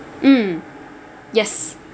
mm yes